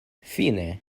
fine